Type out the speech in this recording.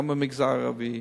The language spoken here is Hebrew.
גם במגזר הערבי,